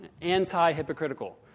anti-hypocritical